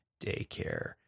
daycare